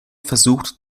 versucht